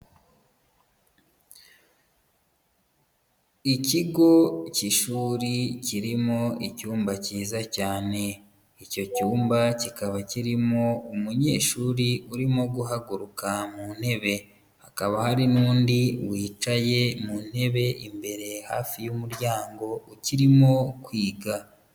Ikigo cy'ishuri kirimo icyumba cyiza cyane, icyo cyumba kikaba kirimo umunyeshuri urimo guhaguruka mu ntebe, hakaba hari n'undi wicaye mu ntebe imbere hafi y'umuryango ukirimo kwiga.